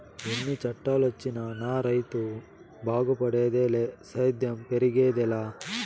ఎన్ని చట్టాలొచ్చినా నా రైతు బాగుపడేదిలే సేద్యం పెరిగేదెలా